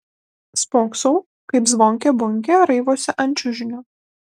spoksau kaip zvonkė bunkė raivosi ant čiužinio